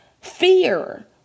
fear